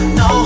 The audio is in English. no